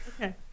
okay